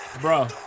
Bro